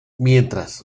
mientras